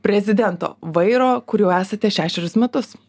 prezidento vairo kur jau esate šešerius metus